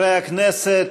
חברי הכנסת,